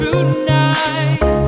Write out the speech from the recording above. Tonight